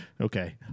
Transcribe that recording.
Okay